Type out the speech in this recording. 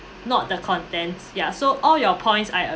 not the contents ya so all your points I